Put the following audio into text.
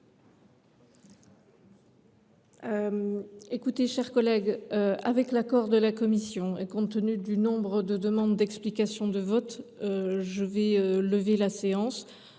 Mes chers collègues, avec l’accord de la commission, et compte tenu du nombre de demandes d’explications de vote, je vais lever la séance.